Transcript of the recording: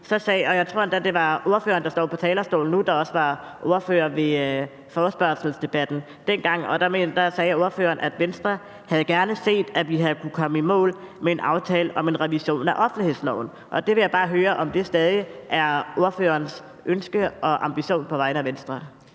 Jeg tror endda, det var ordføreren, der står på talerstolen nu, der også var ordfører ved forespørgselsdebatten dengang, og der sagde ordføreren, at Venstre gerne havde set, at vi havde kunnet komme i mål med en aftale om en revision af offentlighedsloven. Jeg vil bare høre, om det stadig er ordførerens ønske og ambition på vegne af Venstre.